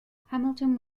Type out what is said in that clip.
hamilton